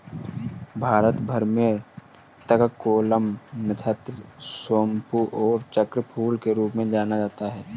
भारत भर में तककोलम, नक्षत्र सोमपू और चक्रफूल के रूप में जाना जाता है